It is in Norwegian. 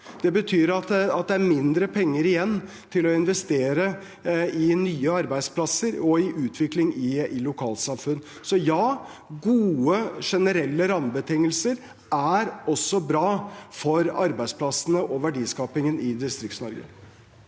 statsbudsjett for 2024 2023 igjen til å investere i nye arbeidsplasser og utvikling i lokalsamfunn. Gode generelle rammebetingelser er også bra for arbeidsplassene og verdiskapingen i DistriktsNorge.